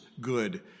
good